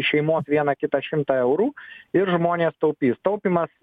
šeimos vieną kitą šimtą eurų ir žmonės taupys taupymas